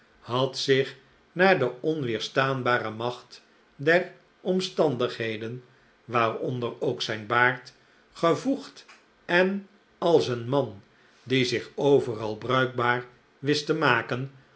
had zich naar de onweerstaanbare macht der omstandigheden waaronder ook zijn baard gevoegd en als een man die zich overal bruikbaar wist te maken